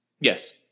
yes